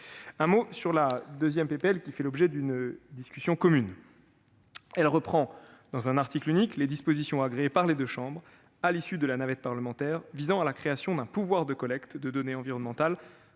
proposition de loi, qui fait l'objet d'une discussion commune, reprend dans un article unique les dispositions agréées par les deux chambres à l'issue de la navette parlementaire, visant à la création d'un pouvoir de collecte de données environnementales